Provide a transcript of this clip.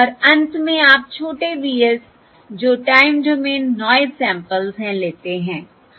और अंत में आप छोटे v s जो टाइम डोमेन नॉयस सैंपल्स हैं लेते हैं हाँ